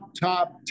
top